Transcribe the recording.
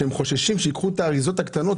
שהם חוששים שהם ייקחו את האריזות הקטנות,